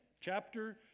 Chapter